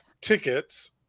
tickets